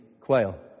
quail